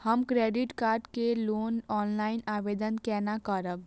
हम credit card के लेल ऑनलाइन आवेदन केना करब?